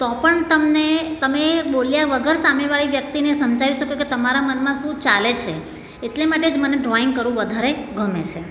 તો પણ તમને તમે બોલ્યા વગર સામેવાળી વ્યક્તિને સમજાવી શકો કે તમારાં મનમાં શું ચાલે છે એટલે માટે જ મને ડ્રોઈંગ કરવું વધારે ગમે છે